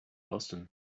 boston